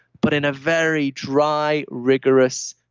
but in a very dry, rigorous,